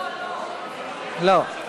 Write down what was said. לא.